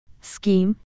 scheme